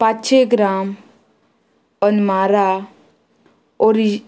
पांचशें ग्राम अनमारा ओरिजी